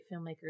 filmmakers